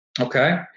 Okay